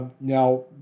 Now